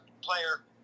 player